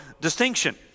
distinction